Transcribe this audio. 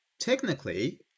Technically